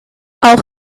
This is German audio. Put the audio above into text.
auch